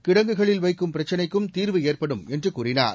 கிடங்குகளில் வைக்கும் பிரச்சினைக்கும் தீர்வு ஏற்படும் என்று கூறினார்